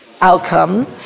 outcome